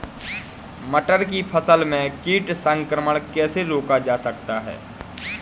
मटर की फसल में कीट संक्रमण कैसे रोका जा सकता है?